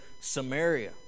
Samaria